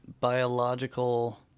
biological